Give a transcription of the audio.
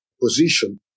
position